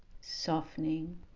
softening